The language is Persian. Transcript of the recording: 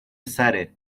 سره